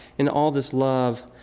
in all this love,